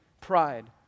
Pride